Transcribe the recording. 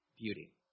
beauty